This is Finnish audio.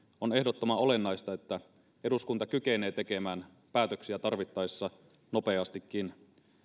on ehdottoman olennaista että eduskunta kykenee tekemään päätöksiä tarvittaessa nopeastikin